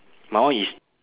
my one is